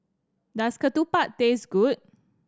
does ketupat taste good